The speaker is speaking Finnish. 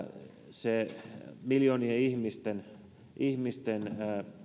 se miljoonien ihmisten ihmisten